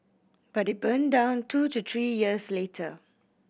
but it burned down two to three years later